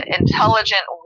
intelligent